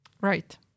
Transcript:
Right